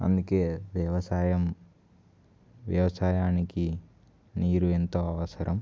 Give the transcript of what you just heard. అందుకే వ్యవసాయం వ్యవసాయానికి నీరు ఎంతో అవసరం